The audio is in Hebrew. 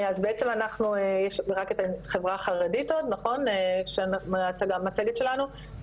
אז בעצם אנחנו יש רק את החברה החרדית עוד במצגת שלנו.